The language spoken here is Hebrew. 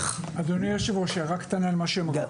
אדוני היושב-ראש, הערה קטנה על מה שהיא אמרה.